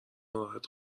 ناراحت